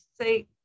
say